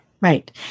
Right